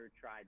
tried